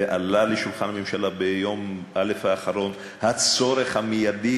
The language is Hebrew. עלה לשולחן הממשלה ביום א' האחרון הצורך המיידי